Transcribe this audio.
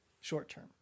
short-term